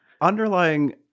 underlying